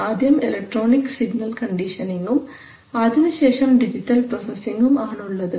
ആദ്യം electronic signal കണ്ടീഷനിങ്ങും അതിനുശേഷം ഡിജിറ്റൽ പ്രോസസിങ്ങും ആണുള്ളത്